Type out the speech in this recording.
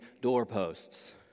doorposts